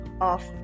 off